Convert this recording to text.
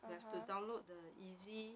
we have to the download the easy